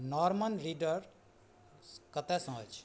Norman reader कतएसँ अछि